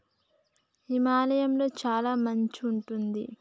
హిమాలయ లొ చాల మంచు ఉంటది